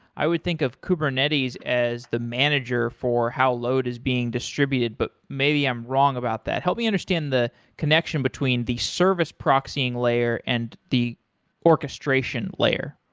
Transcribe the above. i would think of kubernetes as the manager for how load is being distributed, but maybe i'm wrong about that. help me understand the connection between the service proxying layer and the orchestration layer.